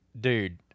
dude